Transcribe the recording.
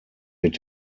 mit